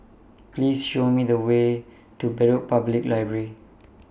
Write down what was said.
Please Show Me The Way to Bedok Public Library